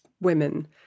women